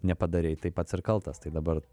nepadarei tai pats ir kaltas tai dabar